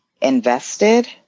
invested